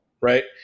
Right